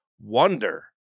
Wonder